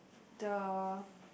the